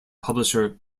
publisher